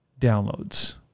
downloads